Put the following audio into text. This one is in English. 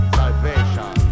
salvation